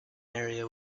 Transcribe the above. area